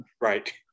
Right